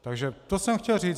Takže to jsem chtěl říct.